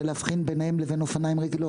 להבחין ביניהם לבין אופניים רגילות.